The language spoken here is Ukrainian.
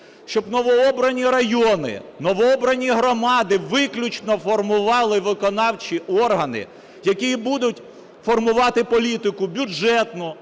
Щоб новообрані райони, новообрані громади виключно формували виконавчі органи, які будуть формувати політику бюджетну,